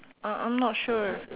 uh I'm not sure